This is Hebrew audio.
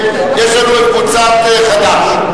על שלושתם יחד?